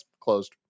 closed